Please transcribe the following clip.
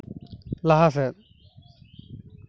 ᱞᱟᱦᱟ ᱥᱮᱫ